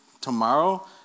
tomorrow